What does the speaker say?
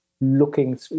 looking